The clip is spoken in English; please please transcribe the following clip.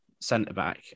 centre-back